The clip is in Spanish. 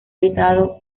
editado